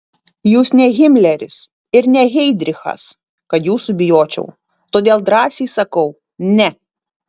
jūs ne himleris ir ne heidrichas kad jūsų bijočiau todėl drąsiai sakau ne